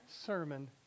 Sermon